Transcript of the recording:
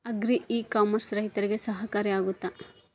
Agri e commerce ರೈತರಿಗೆ ಸಹಕಾರಿ ಆಗ್ತೈತಾ?